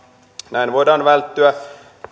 näin voidaan välttyä